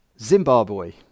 Zimbabwe